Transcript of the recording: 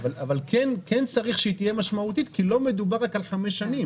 כן צריך שהיא תהיה משמעותית כי לא מדובר רק על 5 שנים.